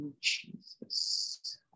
Jesus